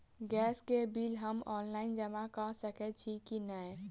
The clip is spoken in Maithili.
गैस केँ बिल हम ऑनलाइन जमा कऽ सकैत छी की नै?